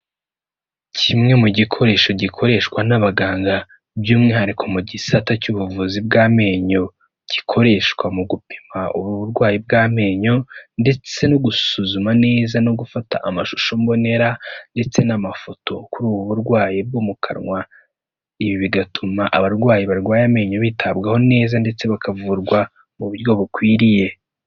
Kimwe mu gikoresho gikoreshwa n'abaganga by'umwihariko mu gisata cy'ubuvuzi bw'amenyo, gikoreshwa mu gupima ubu burwayi bw'amenyo ndetse no gusuzuma neza no gufata amashusho mbonera ndetse n'amafoto kuri ubu burwayi bwo mu kanwa, ibi bigatuma abarwayi barwaye amenyo bitabwaho neza ndetse bakavurwa mu buryo bukwiriye.